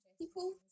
people